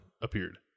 appeared